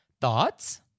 Thoughts